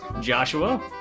Joshua